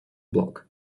block